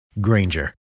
Granger